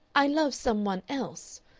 i love some one else.